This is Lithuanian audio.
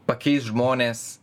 pakeis žmonės